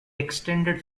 extended